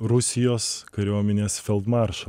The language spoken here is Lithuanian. rusijos kariuomenės feldmaršalu